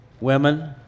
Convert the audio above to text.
Women